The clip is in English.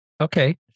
Okay